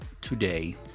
today